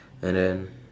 and then